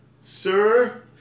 Sir